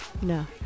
No